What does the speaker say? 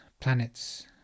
planets